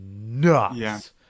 nuts